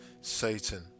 Satan